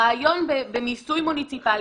הרעיון בניסוי מוניציפלי,